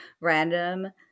random